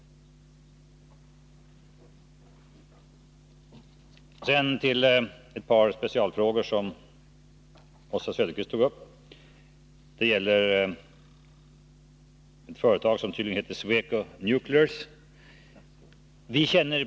Sedan till ett par speciella frågor som Oswald Söderqvist tog upp. Det gäller ett företag som tydligen heter Swecu Nuclears.